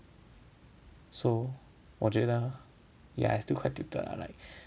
so 我觉得 like they still quite dated lah like